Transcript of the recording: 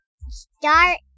start